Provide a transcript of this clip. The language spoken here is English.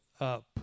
up